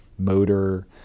motor